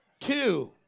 Two